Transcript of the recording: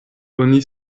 oni